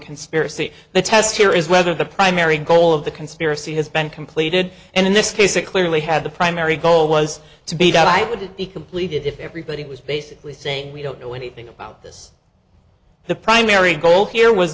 conspiracy the test here is whether the primary goal of the conspiracy has been completed and in this case it clearly had the primary goal was to be done i would be complete if everybody was basically saying we don't know anything about this the primary goal here was